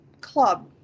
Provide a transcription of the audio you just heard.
club